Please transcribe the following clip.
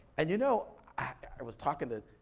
and you know, i was talking to,